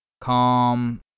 calm